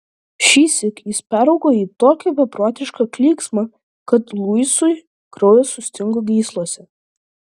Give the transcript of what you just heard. šįsyk jis peraugo į tokį beprotišką klyksmą kad luisui kraujas sustingo gyslose